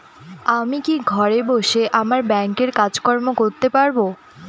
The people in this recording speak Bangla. আমি কি ঘরে বসে আমার ব্যাংকের কাজকর্ম করতে পারব?